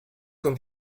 con